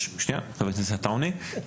חבר הכנסת עטאונה,